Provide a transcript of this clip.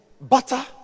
Butter